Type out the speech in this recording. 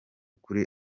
kuri